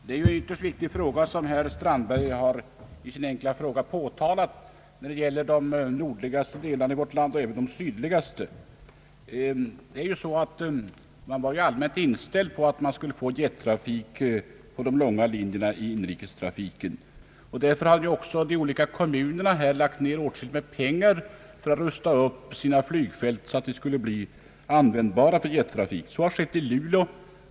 Herr talman! Det är en mycket viktig fråga, när det gäller de nordligaste delarna av vårt land och även de sydligaste, som herr Strandberg påtalar med sin enkla fråga. Man var ju allmänt inställd på att man skulle få jettrafik på de långa lin lerna i inrikesflyget. Därför hade de olika kommunerna lagt ner åtskilligt med pengar för att rusta upp sina flygfält så att de skulle bli användbara för jettrafik. Så har skett i Luleå.